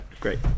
great